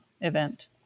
event